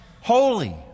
holy